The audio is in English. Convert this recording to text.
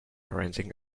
renting